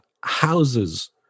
houses